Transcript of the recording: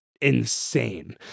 insane